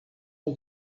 all